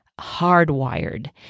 hardwired